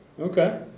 Okay